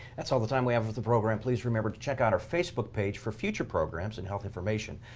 that's all the time we have with the program. please remember to check out our facebook page for future programs and health information.